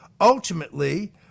ultimately